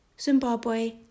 Zimbabwe